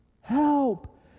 Help